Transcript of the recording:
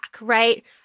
right